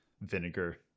vinegar